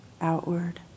outward